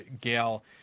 Gail